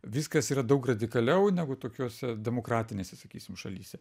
viskas yra daug radikaliau negu tokiose demokratinėse sakysim šalyse